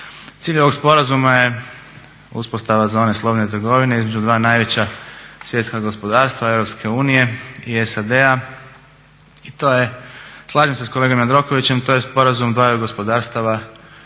Cilj ovog sporazuma je uspostava zone slobodne trgovine između dva najveća svjetska gospodarstva Europske unije i SAD-a i to je, slažem se sa kolegom Jandrokovićem, to je sporazum dvaju gospodarstava i